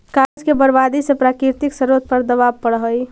कागज के बर्बादी से प्राकृतिक स्रोत पर दवाब बढ़ऽ हई